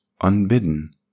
Unbidden